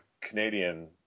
Canadian